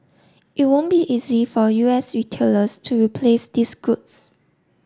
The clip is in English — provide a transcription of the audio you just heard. it won't be easy for U S retailers to replace these goods